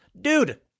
Dude